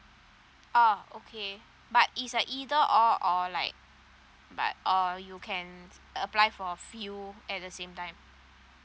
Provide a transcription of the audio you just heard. oh okay but it's a either or or like but or you can apply for a few at the same time